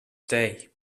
day